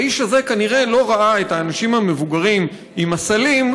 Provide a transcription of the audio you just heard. האיש הזה כנראה לא ראה את האנשים המבוגרים עם הסלים,